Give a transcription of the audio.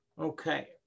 Okay